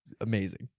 Amazing